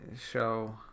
show